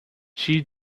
she